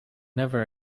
never